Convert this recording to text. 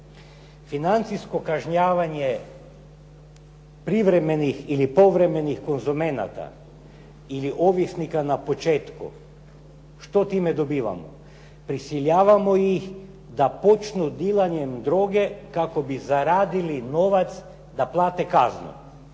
Financijsko kažnjavanje privremenih ili povremenih konzumenata ili ovisnika na početku, što time dobivamo. Prisiljavamo ih da počnu dilanjem droge kako bi zaradili novac da plate kaznu